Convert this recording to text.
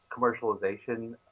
commercialization